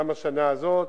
גם השנה הזאת